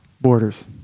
borders